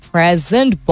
Present